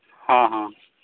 ᱦᱮᱸ ᱦᱮᱸ